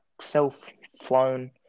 self-flown